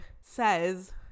says